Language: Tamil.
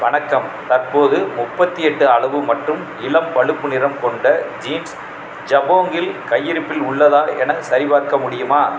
வணக்கம் தற்போது முப்பத்தி எட்டு அளவு மற்றும் இளம் பழுப்பு நிறம் கொண்ட ஜீன்ஸ் ஜபோங்கில் கை இருப்பில் உள்ளதா என சரிபார்க்க முடியுமா